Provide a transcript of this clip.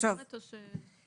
עמדתך צודקת.